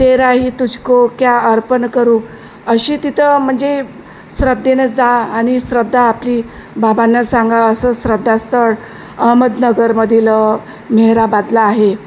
तेराही तुझको क्या अर्पन करू अशी तिथं म्हणजे श्रद्धेनें जा आणि श्रद्धा आपली बाबांना सांगा असं श्रद्धास्थळ अहमदनगरमधील मेहराबादला आहे